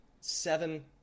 seven